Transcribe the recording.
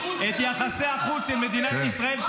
פתח שגרירות ----- את יחסי החוץ של מדינת ישראל,